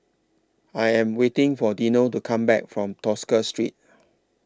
I Am waiting For Dino to Come Back from Tosca Street